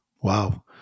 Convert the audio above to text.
Wow